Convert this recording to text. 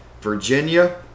Virginia